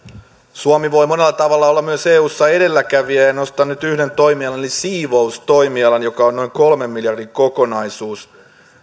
suomi voi myös olla monella tavalla eussa edelläkävijä nostan nyt yhden toimialan eli siivoustoimialan joka on noin kolmen miljardin kokonaisuus